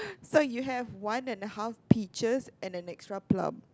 so you have one and a half peaches and an extra plum